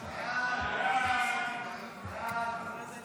חוק-יסוד: ירושלים